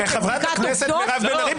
חברת הכנסת מירב בן ארי,